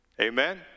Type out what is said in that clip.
Amen